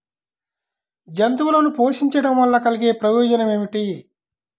జంతువులను పోషించడం వల్ల కలిగే ప్రయోజనం ఏమిటీ?